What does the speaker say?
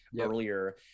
earlier